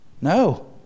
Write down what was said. No